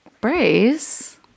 Brace